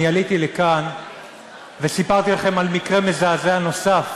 אני עליתי לכאן וסיפרתי לכם על מקרה מזעזע נוסף